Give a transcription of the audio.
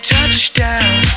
Touchdown